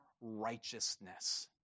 Righteousness